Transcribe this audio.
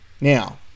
now